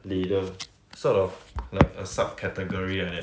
leader sort of like a subcategory like that